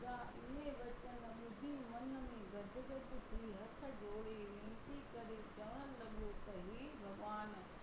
इहे वचन ॿुधी मन में गद गद थी हथ जोड़े वेनिती करे चवणू लॻो त हे भॻिवानु